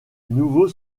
nouveau